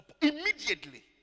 immediately